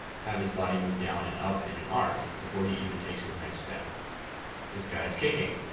have his body moved down and up in an arc before he even takes his next step this guy's kicking.